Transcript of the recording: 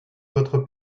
votre